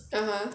(uh huh)